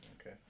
Okay